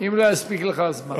אם לא יספיק לך הזמן.